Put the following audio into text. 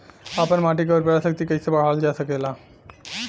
आपन माटी क उर्वरा शक्ति कइसे बढ़ावल जा सकेला?